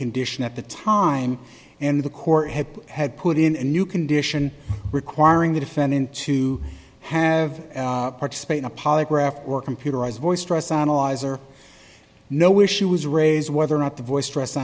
condition at the time and the court had had put in a new condition requiring the defendant to have participate in a polygraph or computerized voice stress analyzer know where she was raised whether or not the voice stress